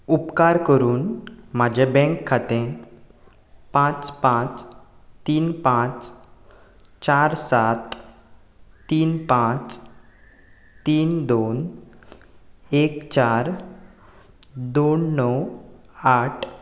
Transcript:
उपकार करून म्हाजें बँक खातें पांच पांच तीन पांच चार सात तीन पांच तीन दोन एक चार दोन णव आठ